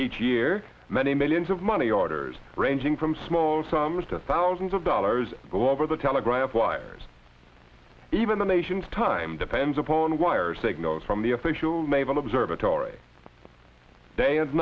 each year many millions of money orders ranging from small sums to thousands of dollars go over the telegraph wires even the nation's time depends upon wire signals from the official naval observatory da